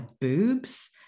boobs